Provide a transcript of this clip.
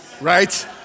right